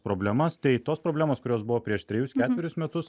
problemas tai tos problemos kurios buvo prieš trejus ketverius metus